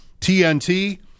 TNT